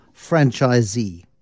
franchisee